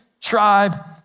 tribe